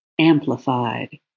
amplified